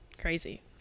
crazy